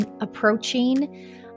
approaching